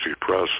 Press